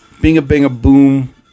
Bing-a-bing-a-boom